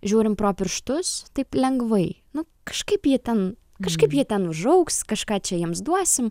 žiūrim pro pirštus taip lengvai kažkaip jie ten kažkaip jie ten užaugs kažką čia jiems duosim